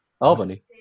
Albany